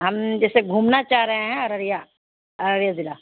ہم جیسے گھومنا چاہ رہے ہیں ارریا عرریہ ضلع